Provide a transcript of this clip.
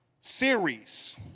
series